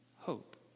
hope